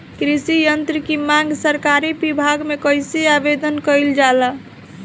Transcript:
कृषि यत्र की मांग सरकरी विभाग में कइसे आवेदन कइल जाला?